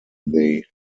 they